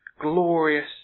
glorious